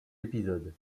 épisode